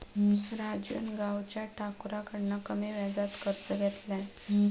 राजून गावच्या ठाकुराकडना कमी व्याजात कर्ज घेतल्यान